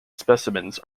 specimens